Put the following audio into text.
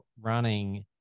running